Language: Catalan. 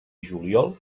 juliol